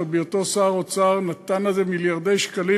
שבהיותו שר האוצר נתן לזה מיליארדי שקלים,